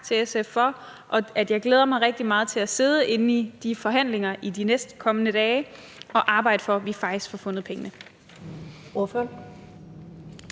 og jeg glæder mig rigtig meget til at sidde inde i de forhandlinger i de næstkommende dage og arbejde for, at vi faktisk får fundet pengene.